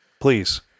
Please